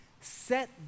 set